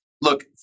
look